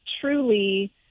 truly